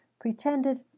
pretended